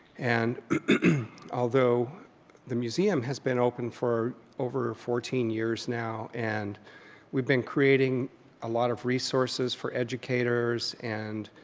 and although the museum has been open for over fourteen years now and we've been creating a lot of resources for educators and